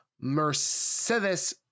Mercedes